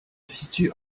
situe